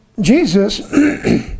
Jesus